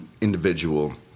individual